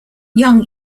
young